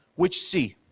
which c?